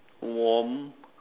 warm